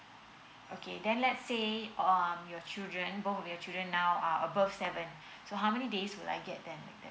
okay then let's say um your children both of your children now are above seven so how many days will I get